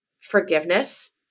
forgiveness